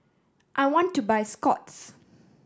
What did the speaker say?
I want to buy Scott's